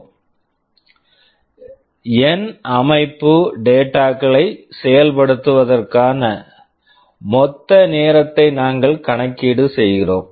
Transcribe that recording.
என் N அமைப்பு data data களை செயல்முறைப்படுத்துவதற்கான மொத்த நேரத்தை நாங்கள் கணக்கீடு செய்கிறோம்